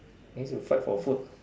means you fight for food